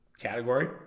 category